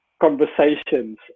conversations